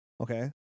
Okay